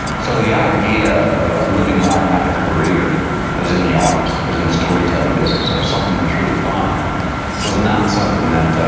so, the idea of of living life and having a career that was in the arts, that was in the storytelling business, that was something that was really fun was not something that,